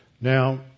Now